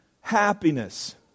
happiness